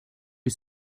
you